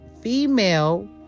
female